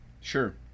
Sure